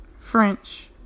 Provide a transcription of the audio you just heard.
French